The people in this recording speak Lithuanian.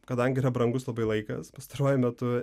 kadangi yra brangus labai laikas pastaruoju metu